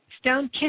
stone